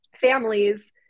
families